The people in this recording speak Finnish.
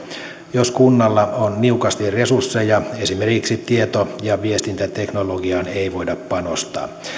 jos kunnalla on niukasti resursseja esimerkiksi tieto ja viestintäteknologiaan ei voida panostaa